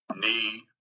knee